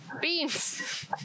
Beans